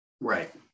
Right